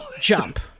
jump